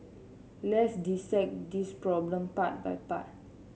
let's dissect this problem part by part